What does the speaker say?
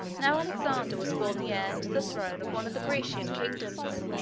now alexander was born the heir to the throne of one of the grecian kingdoms.